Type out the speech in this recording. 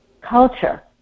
culture